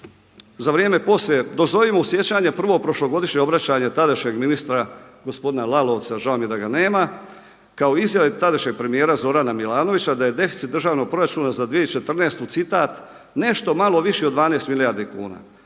evo recimo podsjećam, dozovimo u sjećanje prvo prošlogodišnje obraćanje tadašnjeg ministra gospodina Lalovca, žao mi je da ga nema, kao izjave tadašnjeg premijera Zorana Milanovića, da je deficit državnog proračuna za 2014. citat nešto malo viši od 12 milijardi kuna,